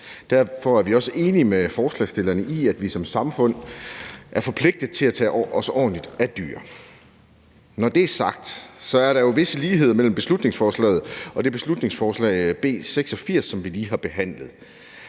Derfor er vi også enige med forslagsstillerne i, at vi som samfund er forpligtet til at tage os ordentligt af dyr. Når det er sagt, er der jo visse ligheder mellem beslutningsforslaget og det beslutningsforslag, B 86, som vi lige har behandlet.